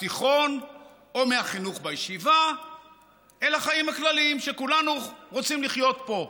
בתיכון או מהחינוך בישיבה אל החיים הכלליים שכולנו רוצים לחיות פה.